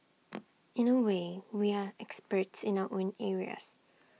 in A way we are experts in our own areas